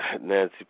Nancy